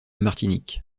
martinique